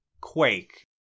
Quake